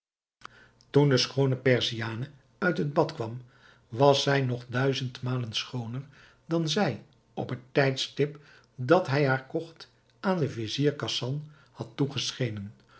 toen de schoone perziane uit het bad kwam was zij nog duizendmalen schooner dan zij op het tijdstip dat hij haar kocht aan den vizier khasan had